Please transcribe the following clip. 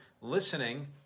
listening